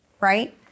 right